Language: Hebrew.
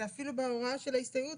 ואפילו בהוראה של ההסתייעות